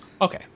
Okay